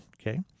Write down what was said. Okay